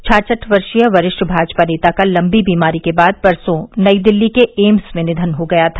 छाछठ वर्षीय वरिष्ठ भाजपा नेता का लम्बी बीमारी के बाद परसों नई दिल्ली के एम्स में निधन हो गया था